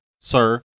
sir